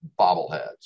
bobbleheads